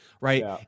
right